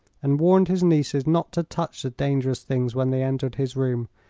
and warned his nieces not to touch the dangerous things when they entered his room.